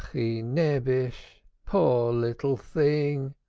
achi-nebbich, poor little thing,